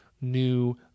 new